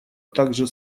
также